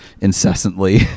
incessantly